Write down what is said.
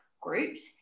groups